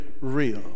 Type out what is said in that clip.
real